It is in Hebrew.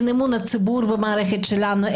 אין אמון הציבור במערכת שלנו,